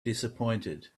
disappointed